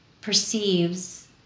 perceives